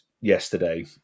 yesterday